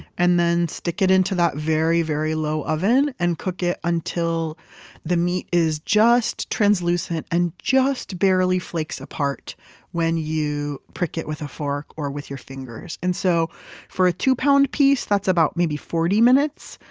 and then stick it into that very very low oven and cook it until the meat is just translucent and just barely flakes apart when you prick it with a fork or with your fingers and so for a two-pound piece, that's about maybe forty minutes.